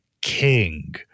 King